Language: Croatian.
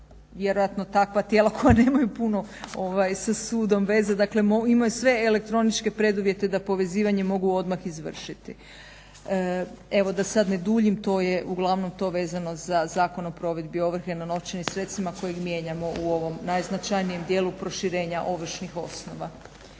vjerojatno takva tijela koja nemaju puno sa sudom veze. Dakle, imaju sve elektroničke preduvjete da povezivanje mogu odmah izvršiti. Evo, da sad ne duljim to je uglavnom to vezano za Zakon o provedbi ovrhe na novčanim sredstvima kojeg mijenjamo u ovom najznačajnijem dijelu proširenja ovršnih osnova.